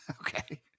Okay